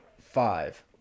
five